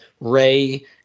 Ray